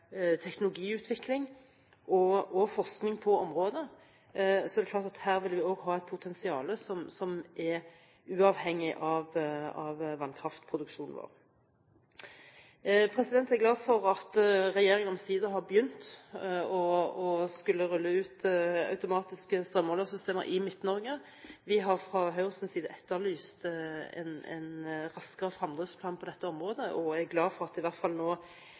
teknologiutvikling og forskning på området. Det er klart at her vil vi også ha et potensial som er uavhengig av vannkraftproduksjonen vår. Jeg er glad for at regjeringen omsider har begynt å rulle ut automatiske strømmålersystemer i Midt-Norge. Vi har fra Høyres side etterlyst en raskere fremdriftsplan på dette området, og jeg er glad for at man i hvert fall nå